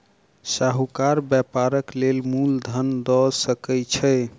साहूकार व्यापारक लेल मूल धन दअ सकै छै